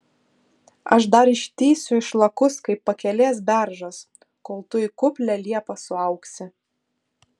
aš dar ištįsiu išlakus kaip pakelės beržas kol tu į kuplią liepą suaugsi